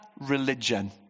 religion